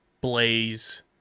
Blaze